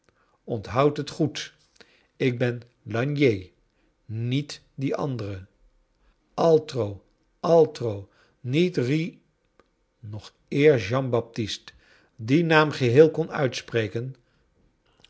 onthoud net good ik ben lagnier niet die andere altro altro niet ri nog eer jean baptist dien naam geheel kon uitspreken